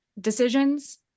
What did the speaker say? decisions